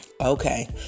Okay